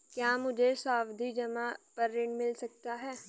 क्या मुझे सावधि जमा पर ऋण मिल सकता है?